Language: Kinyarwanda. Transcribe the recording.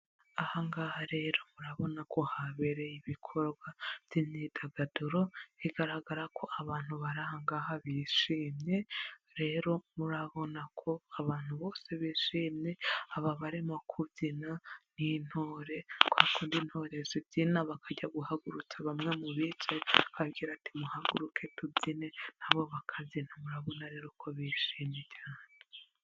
Aha ngaha rero murabona ko habereye ibikorwa by'imyidagaduro, bigaragara ko abantu bari aha ngaha bishimye rero murabona ko abantu bose bishimye, aba barimo kubyina ni Intore kwakundi intore zibyina bakajya guhagurutsa bamwe mubicaye bakababwira ati muhaguruke tubyine nabo bakabyina, murabona rero ko bishimye cyane.